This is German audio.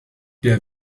der